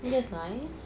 ya that's nice